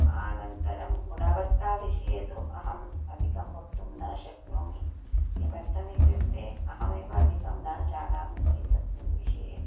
आनन्तरं गुणवत्ताविषये तु अहम् अदिकं वक्तुं न शक्नोमि किमर्थम् इत्युक्ते अहमेव अधिकं न जानामि एतस्मिन् विषये